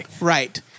Right